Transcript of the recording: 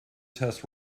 test